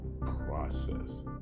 process